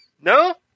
No